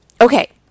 okay